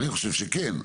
אני חושב שכן,